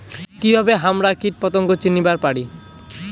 কিভাবে হামরা কীটপতঙ্গ চিনিবার পারি?